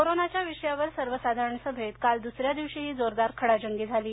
कोरोनाच्या विषयावर सर्वसाधारण सभेत काल द्सऱ्या दिवशीही जोरदार खडाजंगी झाली